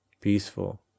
peaceful